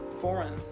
Foreign